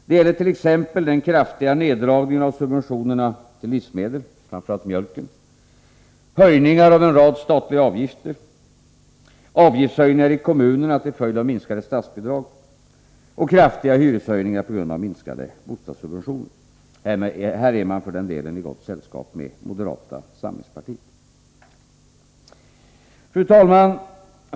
Det gäller t.ex. den kraftiga neddragningen av subventionerna till livsmedel, framför allt till mjölken, höjningarna av en rad statliga utgifter, avgiftshöjningar i kommunerna till följd av minskade statsbidrag och kraftiga hyreshöjningar på grund av minskade bostadssubventioner. Här är man för den delen i gott sällskap med moderata samlingspartiet. Fru talman!